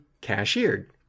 cashiered